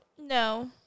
no